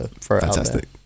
fantastic